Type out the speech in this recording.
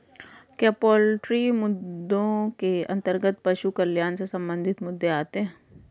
क्या पोल्ट्री मुद्दों के अंतर्गत पशु कल्याण से संबंधित मुद्दे आते हैं?